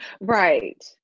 Right